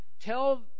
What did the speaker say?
tell